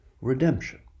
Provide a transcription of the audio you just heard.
redemption